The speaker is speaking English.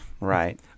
Right